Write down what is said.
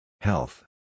Health